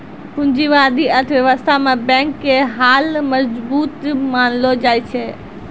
पूंजीबादी अर्थव्यवस्था मे बैंक के हाल मजबूत मानलो जाय छै